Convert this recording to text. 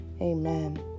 Amen